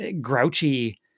grouchy